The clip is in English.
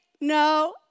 no